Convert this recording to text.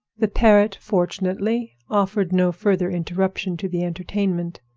the parrot fortunately offered no further interruption to the entertainment,